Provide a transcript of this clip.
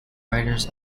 writers